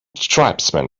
tribesmen